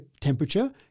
temperature